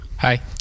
Hi